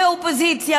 כאופוזיציה,